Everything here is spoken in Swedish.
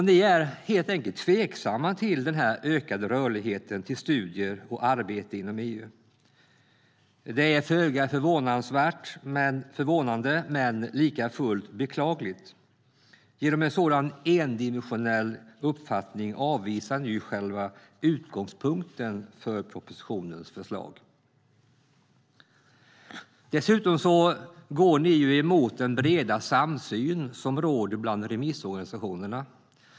Ni är helt enkelt tveksamma till den ökade rörligheten för studier och arbete inom EU. Det är föga förvånande men likafullt beklagligt. Genom en sådan endimensionell uppfattning avvisar ni ju själva utgångspunkten för propositionens förslag. Dessutom går ni emot den breda samsyn som råder bland remissorganisationerna.